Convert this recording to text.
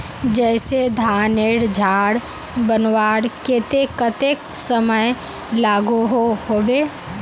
जैसे धानेर झार बनवार केते कतेक समय लागोहो होबे?